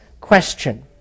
question